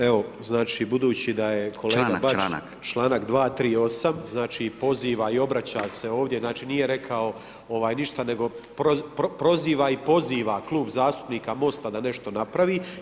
Evo, znači, budući da je kolega [[Upadica: Članak, članak]] čl. 238., znači, poziva i obraća se ovdje, znači, nije rekao ništa, nego proziva i poziva klub zastupnika MOST-a da nešto napravi.